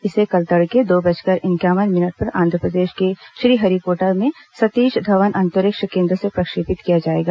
इसे कल तड़के दो बजकर इंक्यावन मिनट पर आन्ध्रप्रदेश के श्रीहरिकोटा में सतीश धवन अंतरिक्ष केन्द्र से प्रक्षेपित किया जाएगा